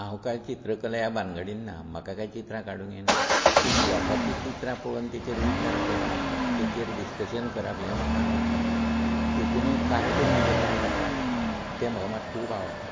हांव काय चित्रकले ह्या भानगडीन ना म्हाका काय चित्रां काडूंक येना पूण लोकांची चित्रां पळोवन तेचेर विचार करप तेचेर डिस्कशन करप हें म्हाका आवडटा तेतूनय कार्टून म्हणजे कोण काडटा तें म्हाका मात खूब आवडटा